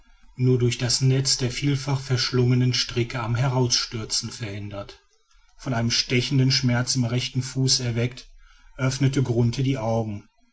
nur durch das netz der vielfach verschlungenen stricke am herausstürzen verhindert von einem stechenden schmerz im rechten fuß erweckt öffnete grunthe die augen